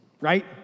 right